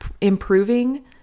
improving